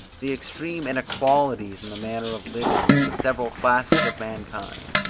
the extreme inequalities in the manner of living of the several classes of mankind,